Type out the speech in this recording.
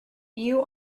you